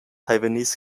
taiwanese